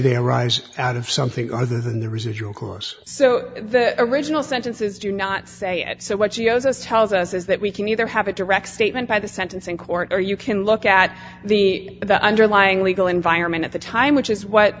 they arise out of something other than the residual course so the original sentences do not say it so what she owes us tells us is that we can either have a direct statement by the sentencing court or you can look at the underlying legal environment at the time which is what